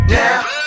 now